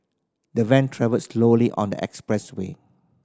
the van travelled slowly on the expressway